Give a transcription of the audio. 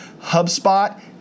HubSpot